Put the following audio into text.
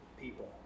people